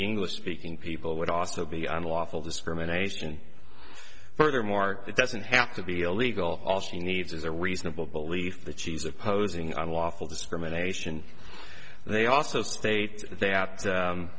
english speaking people would also be unlawful discrimination furthermore it doesn't have to be illegal all she needs is a reasonable belief that she's opposing unlawful discrimination and they also state that u